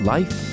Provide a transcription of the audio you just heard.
Life